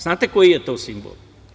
Znate li koji je to simbol?